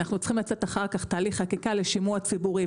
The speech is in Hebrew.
אנחנו צריכים לצאת אחרי תהליך החקיקה לשימוע ציבורי,